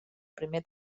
primer